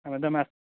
ଆମେ ତ